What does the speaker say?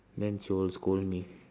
then she will scold me